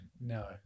No